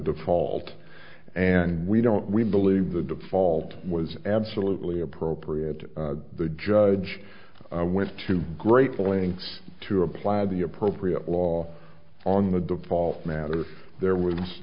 default and we don't we believe the default was absolutely appropriate the judge went to great lengths to apply the appropriate law on the devolved matter there was